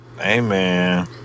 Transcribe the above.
Amen